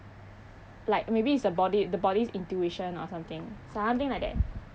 like maybe it's a body the body intuition or something something like that